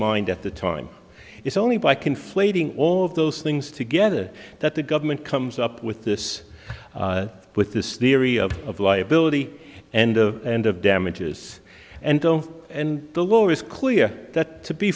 mind at the time it's only by conflating all of those things together that the government comes up with this with this theory of liability and of and of damages and don't and the law is clear that to be